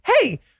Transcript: Hey